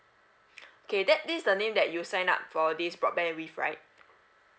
okay that this is the name that you sign up for this broadband with right